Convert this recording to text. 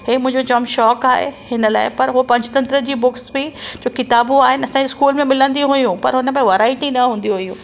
हे मुंहिंजो जामु शौंक़ु आहे हिन लाइ पर हू पंचतंत्र जी बुक्स बि किताबु आहिनि असांजी स्कूल में मिलंदी हुयूं पर हुन में वेराइटी न हूंदी हुयूं